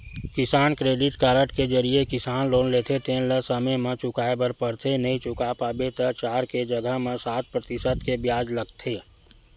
किसान credit card के जरिए किसान लोन लेथे तेन ल समे म चुकाए बर परथे नइ चुका पाबे त चार के जघा म सात परतिसत के बियाज लगथे